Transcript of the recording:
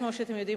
כמו שאתם יודעים,